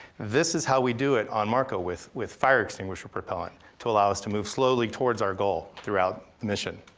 this is how we do it on marco, with with fire extinguisher propellant, to allow us to move slowly towards our goal throughout the mission.